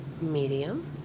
Medium